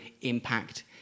impact